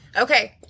Okay